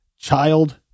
child